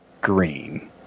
Green